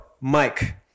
Mike